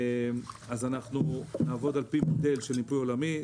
אנחנו נעבוד על פי מודל של מיפוי עולמי.